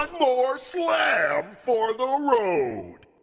and more slam for the um road!